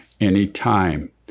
anytime